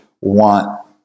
want